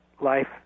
Life